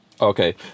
Okay